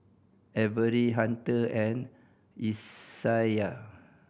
Avery Hunter and Isaiah